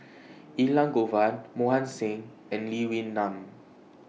Elangovan Mohan Singh and Lee Wee Nam